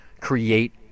create